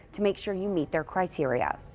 to make sure you meet their criteria.